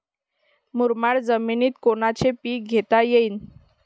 मुरमाड जमिनीत कोनचे पीकं घेता येईन?